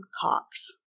Cox